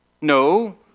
No